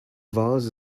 vase